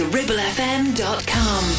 RibbleFM.com